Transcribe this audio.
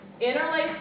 Interlace